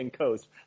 coast